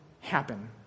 happen